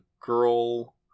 girl